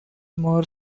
more